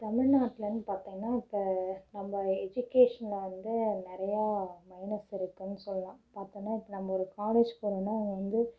தமிழ்நாட்டில்ன்னு பார்த்திங்கனா இப்போ நம்ப எஜிகேஷ்னில் வந்து நிறையா மைனஸ் இருக்குதுன்னு சொல்லலாம் பார்த்தோனா இப்போ நம்ப ஒரு காலேஜ் போகிறோனா அங்கே வந்து